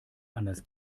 anders